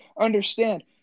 understand